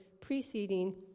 preceding